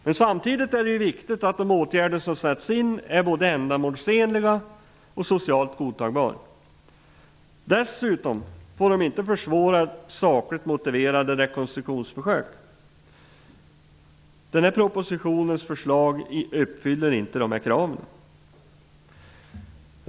Men samtidigt är det ju viktigt att de åtgärder som sätts in är både ändamålsenliga och socialt godtagbara. Dessutom får de inte försvåra sakligt motiverade rekonstruktionsförsök. Propositionens förslag uppfyller inte de kraven.